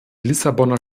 lissabonner